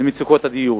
למצוקות הדיור.